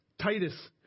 Titus